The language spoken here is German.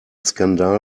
skandal